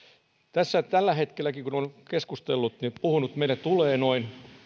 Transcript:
tässä tällä hetkelläkin kun olemme keskustelleet ja puhuneet meille tulee noin